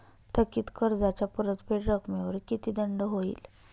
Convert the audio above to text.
थकीत कर्जाच्या परतफेड रकमेवर किती दंड होईल?